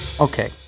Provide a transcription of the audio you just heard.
okay